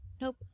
Nope